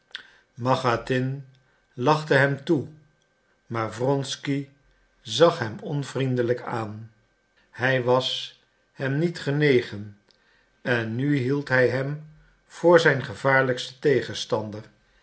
machatin lachte hem toe maar wronsky zag hem onvriendelijk aan hij was hem niet genegen en nu hield hij hem voor zijn gevaarlijksten tegenstander